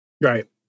Right